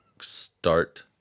start